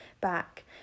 back